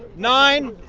nine,